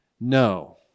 No